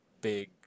big